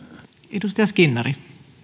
arvoisa